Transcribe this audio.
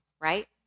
right